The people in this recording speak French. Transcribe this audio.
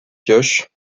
pioches